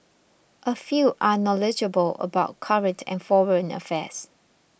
a few are knowledgeable about current and foreign affairs